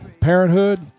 parenthood